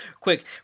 quick